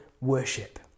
worship